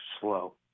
slow